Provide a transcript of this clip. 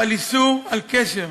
חל איסור על קשר,